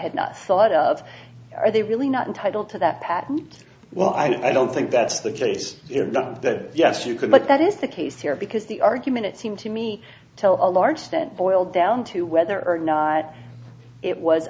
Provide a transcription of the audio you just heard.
had not thought of are they really not entitle to that patent well i don't think that's the case that yes you can but that is the case here because the argument it seemed to me till a large extent boiled down to whether or not it was